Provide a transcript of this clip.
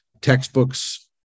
textbooks